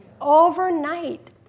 overnight